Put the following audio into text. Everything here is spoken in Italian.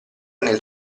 nel